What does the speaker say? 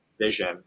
vision